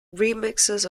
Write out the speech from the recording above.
remixes